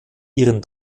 ihren